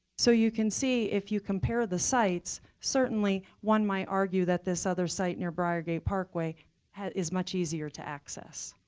so you can see, if you compare the sites, certainly one might argue that this other site near briar gate parkway is much easier to access.